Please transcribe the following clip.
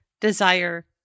desire